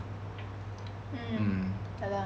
mm ya lah